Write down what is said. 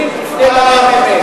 אם הנתונים לא נכונים תפנה לממ"מ,